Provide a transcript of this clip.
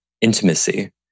intimacy